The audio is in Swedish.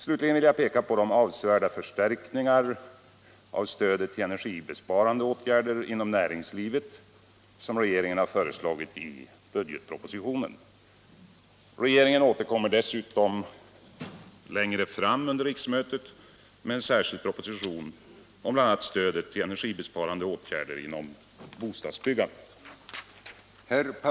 Slutligen vill jag peka på de avsevärda förstärkningar av stödet till energibesparande åtgärder inom näringslivet som regeringen har föreslagit i budgetpropositionen. Regeringen återkommer dessutom längre fram under riksmötet med en särskild proposition om bl.a. stödet till energibesparande åtgärder inom bostadsbyggandet.